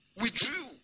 Withdrew